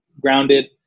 grounded